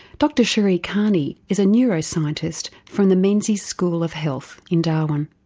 dr sheree cairney is a neuroscientist from the menzies school of health in darwin.